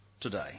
today